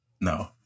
no